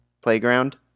playground